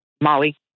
Molly